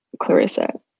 Clarissa